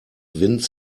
und